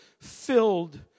filled